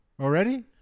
Already